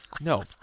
No